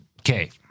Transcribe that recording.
Okay